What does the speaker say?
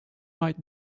might